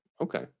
Okay